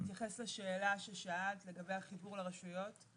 אני אתייחס לשאלה ששאלת לגבי החיבור לרשויות.